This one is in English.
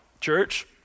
church